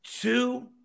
Two